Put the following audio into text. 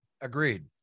Agreed